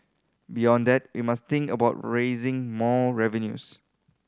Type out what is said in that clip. beyond that we must think about raising more revenues